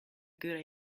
good